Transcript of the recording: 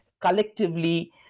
collectively